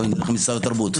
אתם מקבלים דרך משרד התרבות.